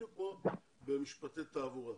בדיוק כמו במשפטי תעבורה.